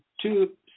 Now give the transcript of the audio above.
two